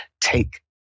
take